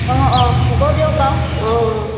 অ অ হ'ব দিয়ক বাৰু অ অ